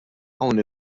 hawn